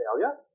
failure